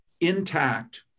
intact